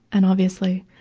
and, obviously,